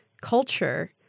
culture